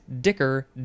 dicker